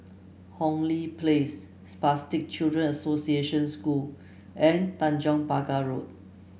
Hong Lee Place Spastic Children Association School and Tanjong Pagar Road